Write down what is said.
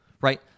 right